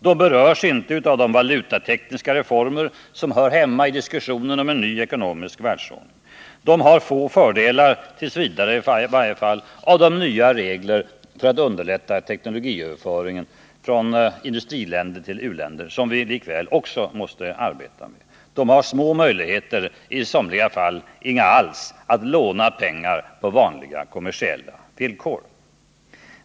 Därför berörs de inte heller av de valutatekniska reformer som hör hemma i diskussionen om en ny ekonomisk världsordning. De har få fördelar, t. v. i varje fall, av de nya regler för att underlätta teknologiöverföring från industriländer till u-länder som vi likväl måste arbeta med. De har små möjligheter — i somliga fall inga alls — att låna pengar på vanliga kommersiella villkor.